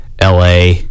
LA